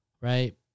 right